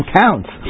counts